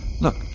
Look